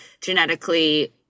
genetically